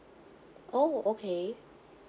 oh okay